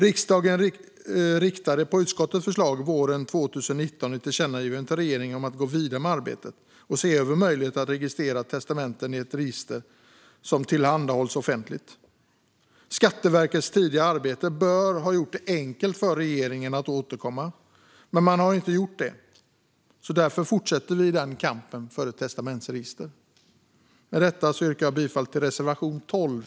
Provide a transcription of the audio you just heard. Riksdagen riktade, på utskottets förslag, våren 2019 ett tillkännagivande till regeringen om att gå vidare med arbetet att se över möjligheten att registrera testamenten i ett register som tillhandahålls i offentlig regi. Skatteverkets tidigare arbete bör ha gjort det enkelt för regeringen att återkomma, men man har inte gjort det. Därför fortsätter vi kampen för ett testamentsregister. Jag yrkar bifall till reservation 12.